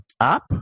app